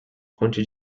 ponte